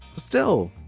still,